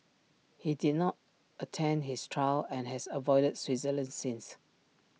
he did not attend his trial and his avoided Switzerland since